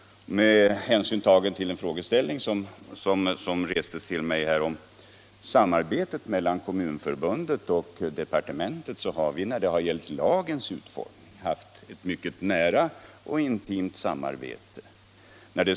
Som svar på den fråga jag fick om samarbetet mellan Kommunförbundet och departementet vill jag säga att vi när det gällt lagens utformning haft ett mycket nära och intimt samarbete.